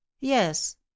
Yes